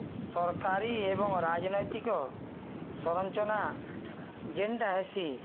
ସରକାରୀ ଏବଂ ରାଜନୈତିକ ସରଞ୍ଚନା ଯେନ୍ଟା ହେସି